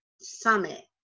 summit